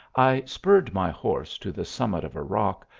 i spurred my horse to the summit of a rock,